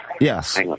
Yes